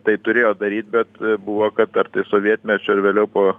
tai turėjo daryt bet buvo kad ar tai sovietmečiu ar vėliau po